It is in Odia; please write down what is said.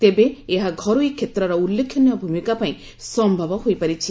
ତେବେ ଏହା ଘରୋଇ କ୍ଷେତ୍ରର ଉଲ୍ଲେଖନୀୟ ଭୂମିକା ପାଇଁ ସମ୍ଭବ ହୋଇପାରିଛି